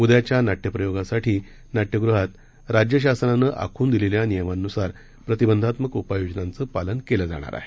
उद्याच्यानाट्यप्रयोगासाठीनाट्यगृहातराज्य शासनानंआखूनदिलेल्यानियमांनुसारप्रतिबंधात्मकउपाययोजनांचंपालनकेलंजाणारआहे